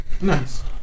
Nice